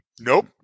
Nope